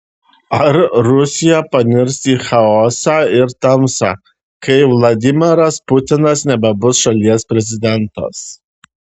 ar rusija panirs į chaosą ir tamsą kai vladimiras putinas nebebus šalies prezidentas